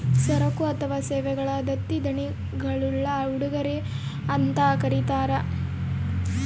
ಸರಕು ಅಥವಾ ಸೇವೆಗಳ ದತ್ತಿ ದೇಣಿಗೆಗುಳ್ನ ಉಡುಗೊರೆ ಅಂತ ಕರೀತಾರ